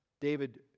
David